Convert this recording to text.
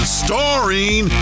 starring